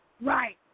Right